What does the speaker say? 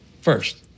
first